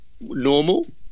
normal